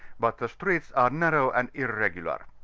but the streets are narrow and irregular.